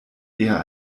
eher